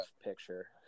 picture